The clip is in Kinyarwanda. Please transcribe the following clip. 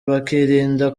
bakirinda